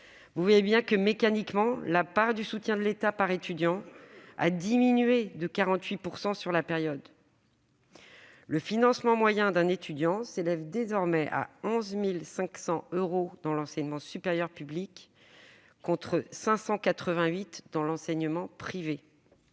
Vous le voyez bien, mécaniquement, la part du soutien de l'État par étudiant a diminué de 48 % sur la période. Le financement moyen d'un étudiant s'élève désormais à 11 500 euros dans l'enseignement supérieur public, contre 588 euros dans l'enseignement privé.